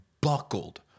buckled